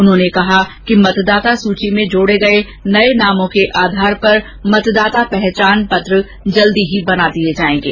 उन्होंने कहा कि मतदाता सूची में जोड़े गए नए नामों के आधार पर मतदाता पहचान पत्र जल्दी ही बना दिए जाएंगे